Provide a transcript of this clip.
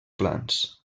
plans